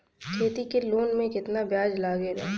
खेती के लोन में कितना ब्याज लगेला?